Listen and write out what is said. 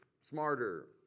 smarter